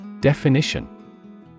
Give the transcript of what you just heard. Definition